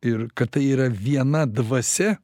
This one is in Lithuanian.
ir kad tai yra viena dvasia